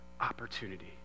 opportunity